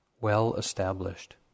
well-established